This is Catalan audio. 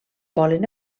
volen